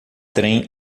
trem